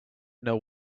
know